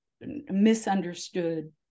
misunderstood